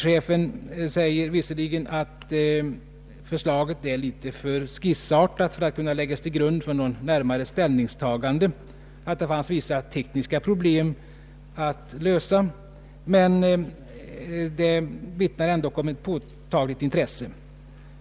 Han säger visserligen att förslaget är litet för skissartat för att kunna läggas till grund för något närmare ställningstagande och att det finns vissa tekniska problem att lösa, men hans yttrande vittnar ändå om ett påtagligt intresse.